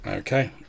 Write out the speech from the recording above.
Okay